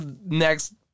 next